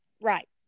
Right